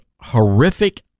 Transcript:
horrific